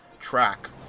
track